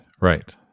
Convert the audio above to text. right